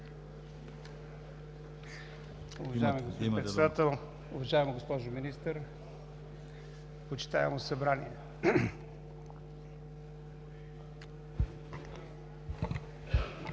уважаема госпожо Министър, почитаемо Събрание!